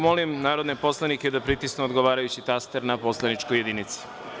Molim narodne poslanike da pritisnu odgovarajući taster na poslaničkoj jedinici.